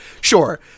Sure